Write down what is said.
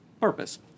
Purpose